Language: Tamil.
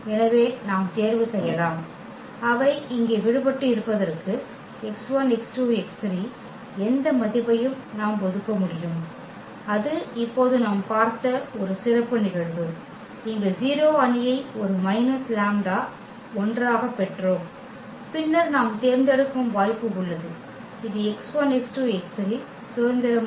எனவே நாம் தேர்வு செய்யலாம் அவை இங்கே விடுபட்டு இருப்பதற்கு எந்த மதிப்பையும் நாம் ஒதுக்க முடியும் அது இப்போது நாம் பார்த்த ஒரு சிறப்பு நிகழ்வு இங்கு 0 அணியை ஒரு மைனஸ் லாம்ப்டா I ஆகப் பெற்றுள்ளோம் பின்னர் நாம் தேர்ந்தெடுக்கும் வாய்ப்பு உள்ளது இது சுதந்திரமாக